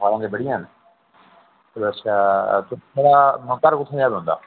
अखबारां ते बडियां न ओह्दे आस्तै अस अच्छा घर कुत्थै ऐ तुंदा